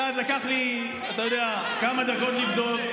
לקח לי, אתה יודע, כמה דקות לבדוק.